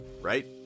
right